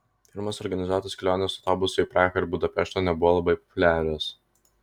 firmos organizuotos kelionės autobusu į prahą ir budapeštą nebuvo labai populiarios